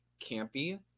campy